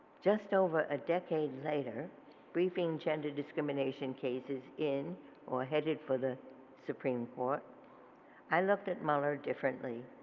just over a decade later briefing gender discrimination cases in or headed for the supreme court i looked at muller differently.